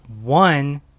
one